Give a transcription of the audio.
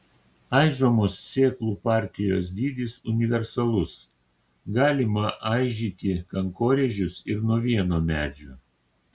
aižomos sėklų partijos dydis universalus galima aižyti kankorėžius ir nuo vieno medžio